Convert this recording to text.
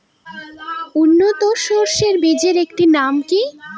উন্নত সরষে বীজের একটি নাম কি?